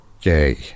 gay